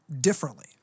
differently